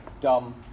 dumb